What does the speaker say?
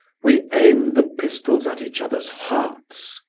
we aim the pistols at each other's hearts.